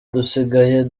dusigaye